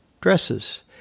dresses